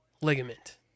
ligament